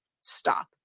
stop